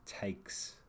takes